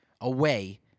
away